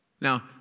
Now